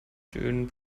den